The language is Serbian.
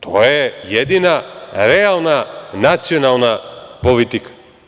To je jedina realna nacionalna politika.